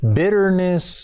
bitterness